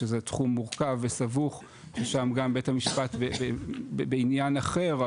שזה תחום מורכב וסבוך ושם גם בית המשפט בעניין אחר,